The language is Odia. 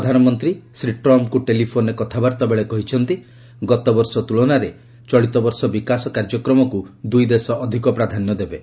ପ୍ରଧାନମନ୍ତ୍ରୀ ଶ୍ରୀ ଟ୍ରମ୍ପଙ୍କୁ ଟେଲିଫୋନ୍ରେ କଥାବାର୍ତ୍ତା ବେଳେ କହିଛନ୍ତି ଗତବର୍ଷ ତ୍କଳନାରେ ଚଳିତବର୍ଷ ବିକାଶ କାର୍ଯ୍ୟକ୍ରମକୁ ଦୁଇଦେଶ ଅଧିକ ପ୍ରାଧାନ୍ୟ ଦେବେ